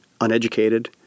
uneducated